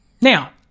Now